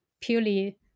purely